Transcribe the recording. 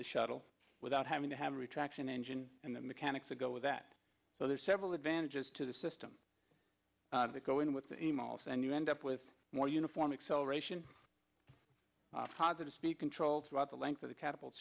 the shuttle without having to have a retraction engine and the mechanics a go with that so there are several advantages to the system that go in with the miles and you end up with more uniform acceleration harder to speak control throughout the length of the ca